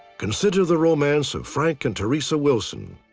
consider the romance of frank and teresa wilson,